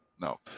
No